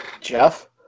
Jeff